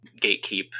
gatekeep